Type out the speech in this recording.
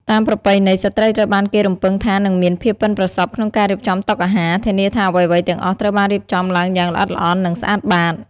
តាមប្រពៃណី ស្ត្រីត្រូវបានគេរំពឹងថានឹងមានភាពប៉ិនប្រសប់ក្នុងការរៀបចំតុអាហារ ធានាថាអ្វីៗទាំងអស់ត្រូវបានរៀបចំឡើងយ៉ាងល្អិតល្អន់ និងស្អាតបាត។